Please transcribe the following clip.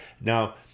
Now